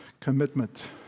Commitment